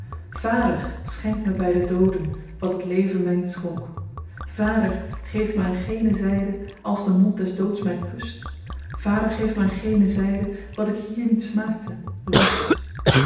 vader schenk me by de dooden wat het leven my niet schonk vader geef me aan gene zyde als de mond des doods my kust vader geef me aan gene zyde wat ik hier niet smaakte rust